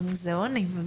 במוזיאונים,